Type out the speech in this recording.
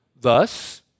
thus